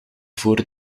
voor